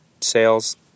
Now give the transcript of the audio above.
sales